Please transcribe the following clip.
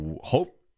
hope